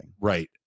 Right